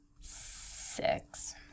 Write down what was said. Six